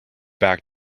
back